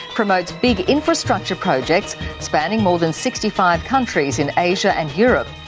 promotes big infrastructure projects spanning more than sixty five countries in asia and europe.